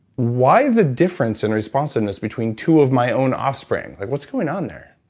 why the difference in responsiveness between two of my own offspring? what's going on there?